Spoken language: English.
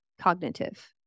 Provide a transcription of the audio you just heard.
cognitive